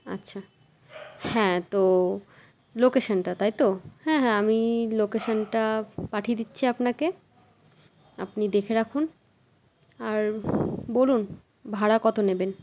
আচ্ছা হ্যাঁ তো লোকেশানটা তাই তো হ্যাঁ হ্যাঁ আমি লোকেশানটা পাঠিয়ে দিচ্ছি আপনাকে আপনি দেখে রাখুন আর বলুন ভাড়া কতো নেবেন